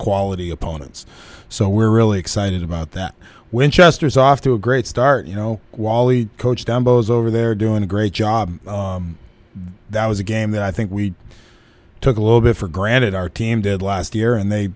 quality opponents so we're really excited about that winchester is off to a great start you know wallie coach dumbos over there doing a great job that was a game that i think we took a little bit for granted our team did last year and they